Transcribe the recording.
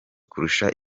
kurusha